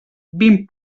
vint